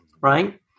right